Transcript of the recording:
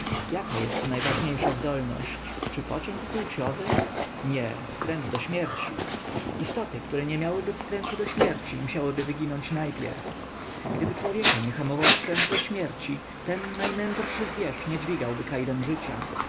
jaka jest najważniejsza zdolność czy pociąg płciowy nie wstręt do śmierci istoty które nie miałyby wstrętu do śmierci musiałyby wyginąć najpierwiej gdyby człowieka nie hamował wstręt do śmierci ten najmędrszy zwierz nie dźwigałby kajdan życia